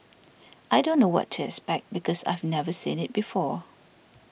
I don't know what to expect because I've never seen it before